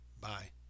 Bye